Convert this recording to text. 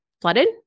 flooded